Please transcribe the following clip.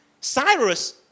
Cyrus